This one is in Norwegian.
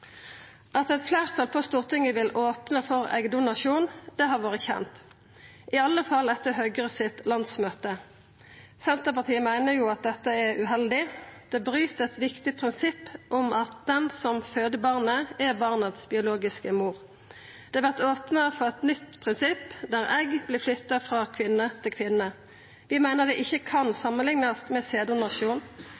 At eit fleirtal på Stortinget vil opna for eggdonasjon, har vore kjent, i alle fall etter Høgre sitt landsmøte. Senterpartiet meiner at dette er uheldig. Det bryt eit viktig prinsipp om at den som føder barnet, er barnets biologiske mor. Det vert opna for eit nytt prinsipp, der egg vert flytta frå kvinne til kvinne. Vi meiner det ikkje kan